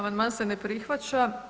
Amandman se ne prihvaća.